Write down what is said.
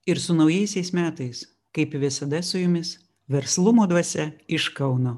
ir su naujaisiais metais kaip visada su jumis verslumo dvasia iš kauno